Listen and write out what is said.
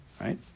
right